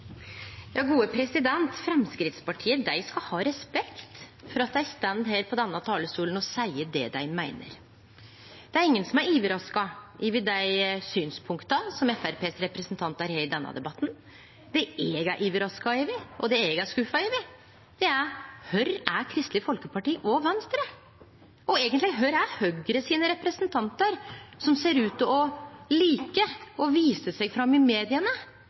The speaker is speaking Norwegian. skal ha respekt for at dei står her på denne talarstolen og seier det dei meiner. Det er ingen som er overraska over dei synspunkta representantane frå Framstegspartiet har i denne debatten. Det eg er overraska over, og det eg er skuffa over, er: Kvar er Kristeleg Folkeparti og Venstre? Og: Kvar er representantane frå Høgre, som ser ut til å like å vise fram i